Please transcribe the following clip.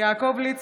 (קוראת